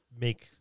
make